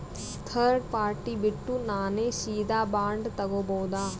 Third party ಬಿಟ್ಟು ನಾನೇ ಸೀದಾ ಬಾಂಡ್ ತೋಗೊಭೌದಾ?